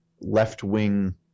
left-wing